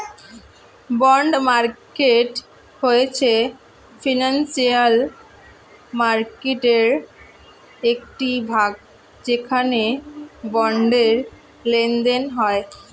bond market হয়েছে financial মার্কেটয়ের একটি ভাগ যেখানে বন্ডের লেনদেন হয়